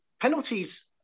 Penalties